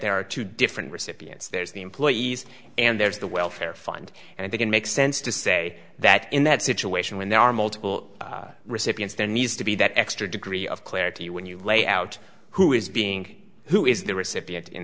there are two different recipients there's the employees and there's the welfare fund and i think it makes sense to say that in that situation when there are multiple recipients there needs to be that extra degree of clarity when you lay out who is being who is the recipient in